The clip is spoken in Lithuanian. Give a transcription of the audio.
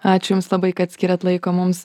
ačiū jums labai kad skyrėt laiko mums